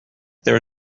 there